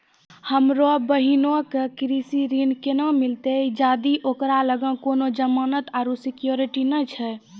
हमरो बहिनो के कृषि ऋण केना मिलतै जदि ओकरा लगां कोनो जमानत आरु सिक्योरिटी नै छै?